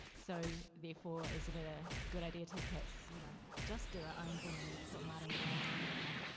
so, therefore, isn't a good idea to perhaps, you know, just do our own thing, and that's what merata and i are doing now.